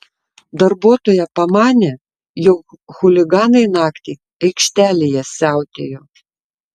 darbuotoja pamanė jog chuliganai naktį aikštelėje siautėjo